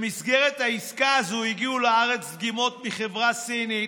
במסגרת העסקה הזו הגיעו לארץ דגימות מחברה סינית,